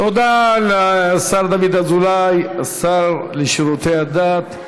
תודה לשר דוד אזולאי, השר לשירותי דת.